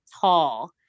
tall